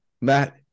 Matt